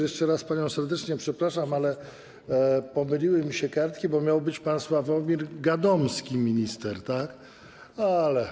Jeszcze raz panią serdecznie przepraszam, ale pomyliły mi się kartki, bo miał być pan Sławomir Gadomski, minister, ale.